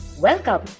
Welcome